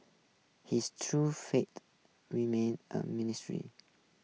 his true fate remains a ministry